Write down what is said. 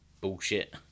bullshit